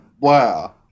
wow